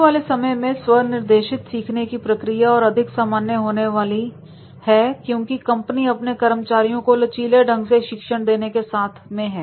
आने वाले समय में स्व निर्देशित सीखने की प्रक्रिया और अधिक सामान्य होने वाली है क्योंकि कंपनी अपने कर्मचारियों को लचीले ढंग से शिक्षण देने के साथ है